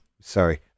sorry